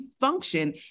function